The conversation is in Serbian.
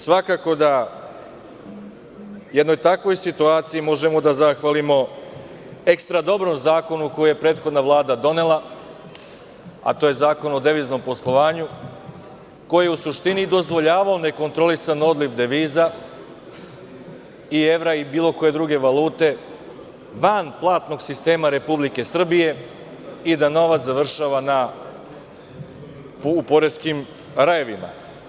Svakako jednoj takvoj situaciji možemo da zahvalimo ekstra dobrom zakonu koji je prethodna Vlada donela, a to je Zakon o deviznom poslovanju koji je u suštini dozvoljavao nekontrolisan odliv deviza, evra i bilo koje druge valute van platnog sistema Republike Srbije i da novac završava u poreskim rajevima.